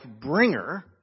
bringer